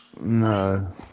No